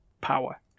power